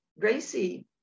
gracie